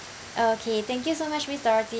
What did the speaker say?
okay thank you so much miss dorothy